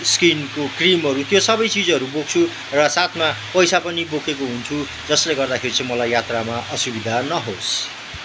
स्किनको क्रिमहरू त्यो सबै चिजहरू बोक्छु र साथमा पैसा पनि बोकेको हुन्छु जसले गर्दाखेरि चाहिँ मलाई यात्रामा असुविधा नहोस्